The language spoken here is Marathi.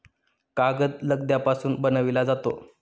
कागद लगद्यापासून बनविला जातो